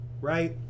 right